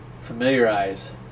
familiarize